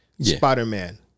Spider-Man